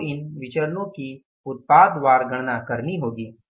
आपको इन विचरणो की उत्पाद वार गणना करनी होगी